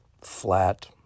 flat